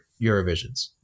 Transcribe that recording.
Eurovisions